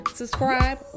subscribe